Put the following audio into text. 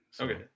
Okay